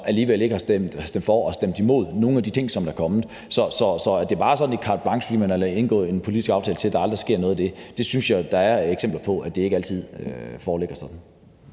alligevel ikke har stemt for og har stemt imod nogle af de ting, som er kommet. Så at det bare er sådan et carte blanche, fordi man har indgået en politisk aftale, i forhold til at der aldrig sker noget af dette, mener jeg ikke – jeg synes jo, der er eksempler på, at det ikke altid foreligger sådan.